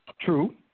True